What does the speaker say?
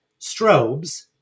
strobes